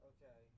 Okay